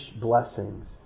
blessings